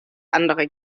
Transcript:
andere